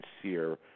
sincere